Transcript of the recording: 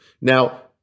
Now